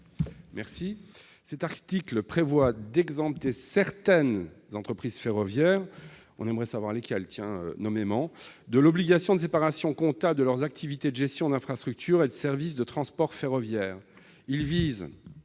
Le présent article prévoit d'exempter certaines entreprises ferroviaires- on aimerait bien nommément savoir lesquelles -de l'obligation de séparation comptable de leurs activités de gestion d'infrastructures et de services de transports ferroviaires. Il vise